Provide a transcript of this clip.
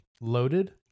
loaded